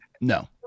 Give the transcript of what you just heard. No